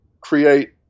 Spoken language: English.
create